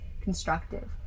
constructive